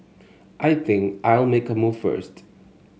I think I'll make a move first